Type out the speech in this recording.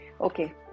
okay